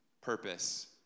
purpose